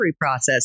process